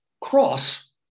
cross